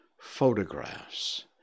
photographs